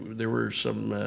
there were some.